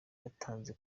yatanze